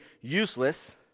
useless